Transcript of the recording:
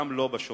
גם לא בשומרון.